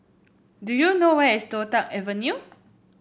do you know where is Toh Tuck Avenue